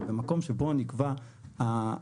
אבל במקום שבו נקבע במכרז,